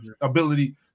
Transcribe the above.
ability